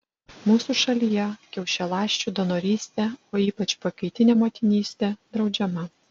mūsų šalyje kiaušialąsčių donorystė o ypač pakaitinė motinystė draudžiama